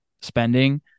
spending